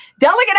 Delegate